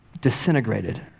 disintegrated